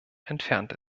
entfernt